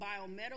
Biomedical